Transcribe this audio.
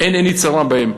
אין עיני צרה בהן,